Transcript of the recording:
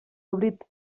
oblit